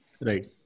right